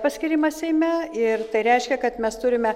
paskyrimą seime ir tai reiškia kad mes turime